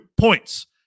points